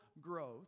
growth